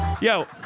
yo